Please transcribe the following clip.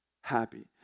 happy